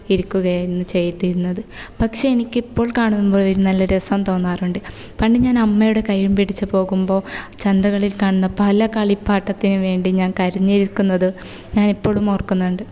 ഇരിക്കുകയായിരുന്നു ചെയ്തിരുന്നത് പക്ഷേ എനിക്ക് ഇപ്പോൾ കാണുമ്പോൾ ഒരു നല്ല രസം തോന്നാറുണ്ട് പണ്ടു ഞാൻ അമ്മയുടെ കയ്യും പിടിച്ച് പോകുമ്പോൾ ചന്തകളിൽ കാണുന്ന പല കളിപ്പാട്ടത്തിനും വേണ്ടി ഞാൻ കരഞ്ഞേക്കുന്നതും ഞാനിപ്പോഴും ഓർക്കുന്നുണ്ട്